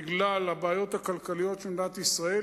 בגלל הבעיות הכלכליות של מדינת ישראל,